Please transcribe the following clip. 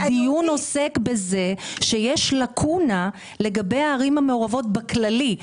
הדיון עוסק בזה שיש לקונה לגבי הערים המעורבות באופן כללי.